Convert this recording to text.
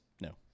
no